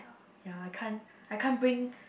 ya I can't I can't bring